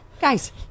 guys